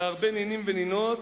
בהרבה נינים ונינות,